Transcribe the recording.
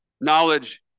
knowledge